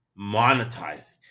monetizing